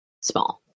Small